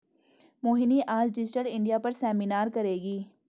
मोहिनी आज digital India पर seminar करेगी